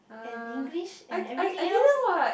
and English and everything else